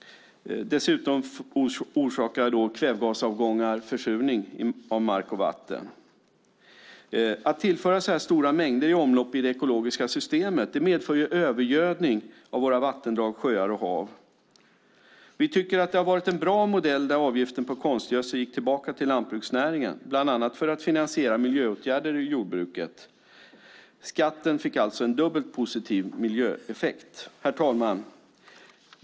Dessutom orsakar kvävegasavgångar försurning av mark och vatten. Att tillföra så här stora mängder i omloppet i det ekologiska systemet medför övergödning av våra vattendrag, sjöar och hav. Vi tycker att det var en bra modell att avgiften för konstgödsel gick tillbaka till lantbruksnäringen, bland annat för att finansiera miljöåtgärder i jordbruket. Skatten fick alltså en dubbelt positiv miljöeffekt. Herr talman!